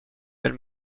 elle